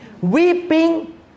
Weeping